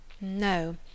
No